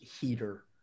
heater